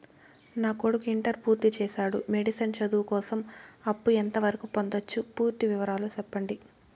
నా కొడుకు ఇంటర్ పూర్తి చేసాడు, మెడిసిన్ చదువు కోసం అప్పు ఎంత వరకు పొందొచ్చు? పూర్తి వివరాలు సెప్పండీ?